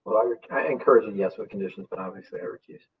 i encourage them. yes what conditions? but obviously, i.